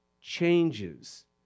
changes